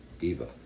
Eva